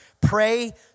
pray